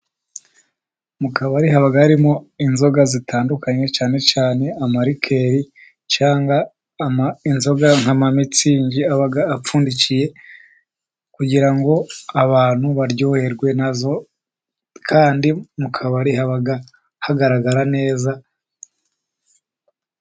Mu kabari haba harimo inzoga zitandukanye cyane cyane amarikeli , cyangwa inzoga nk'amamitsingi aba apfundikiye, kugira ngo abantu baryoherwe na zo kandi mu kabari haba hagaragarara neza....